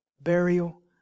burial